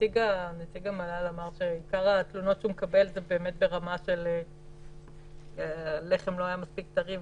נציג המל"ל אמר שעיקר התלונות שהוא מקבל זה ברמת "הלחם לא מספיק טרי",